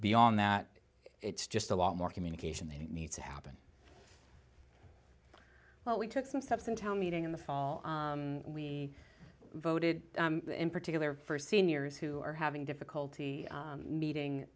beyond that it's just a lot more communication that needs to happen well we took some steps in town meeting in the fall we voted in particular for seniors who are having difficulty meeting